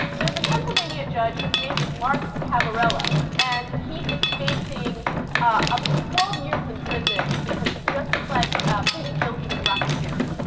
there's a pennsylvania judge his name is mark cabaret left and he is facing ah. up to twelve years in prison because he just flag ap pleaded guilty to racketeering